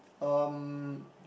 um